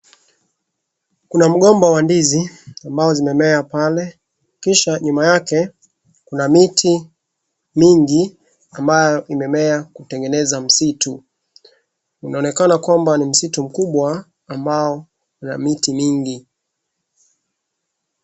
Kuna mgomba wa ndizi ambao zimemea pale. Kisha nyuma yake kuna miti mingi ambao imemea kutengeneza msitu .Unaonekana kwamba ni msitu mkubwa ambao ina miti mingi.